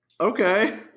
Okay